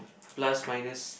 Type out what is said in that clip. plus minus